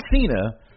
Cena